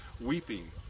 weeping